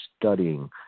studying